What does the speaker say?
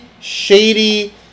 shady